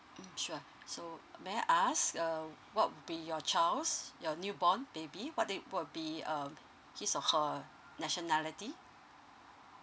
mm sure so may I ask err what would be your child's your newborn baby what did would be um his or her nationality